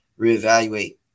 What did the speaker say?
reevaluate